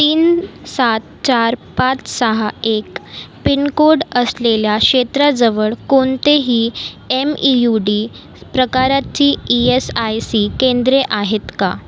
तीन सात चार पाच सहा एक पिनकोड असलेल्या क्षेत्राजवळ कोणतेही एम ई यू डी प्रकाराची ई एस आय सी केंद्रे आहेत का